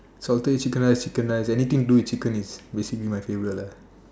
salted egg chicken rice chicken rice anything do with chicken is basically my favourite lah